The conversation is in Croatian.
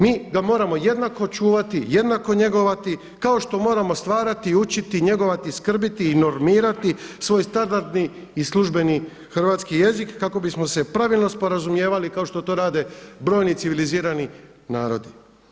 Mi ga moramo jednako čuvati, jednako njegovati kao što moramo stvarati i učiti, njegovati i skrbiti i normirati svoj standardni i službeni hrvatski jezik kako bismo se pravilno sporazumijevali kao što to rade brojni civilizirani narodi.